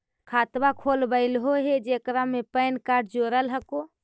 खातवा खोलवैलहो हे जेकरा मे पैन कार्ड जोड़ल हको?